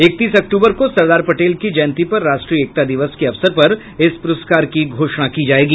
इकतीस अक्टूबर को सरदार पटेल की जयंती पर राष्ट्रीय एकता दिवस के अवसर पर इस प्रस्कार की घोषणा की जाएगी